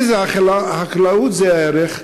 אם החקלאות היא ערך,